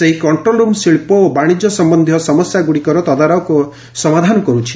ସେହି control room ଶିଳ୍ପ ଓ ବାଣିଜ୍ୟ ସମସ୍ଧୀୟ ସମସ୍ୟାଗୁଡ଼ିକର ତଦାରଖ ଓ ସମାଧାନ କରୁଛି